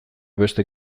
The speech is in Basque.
beste